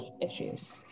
issues